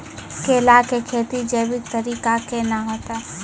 केला की खेती जैविक तरीका के ना होते?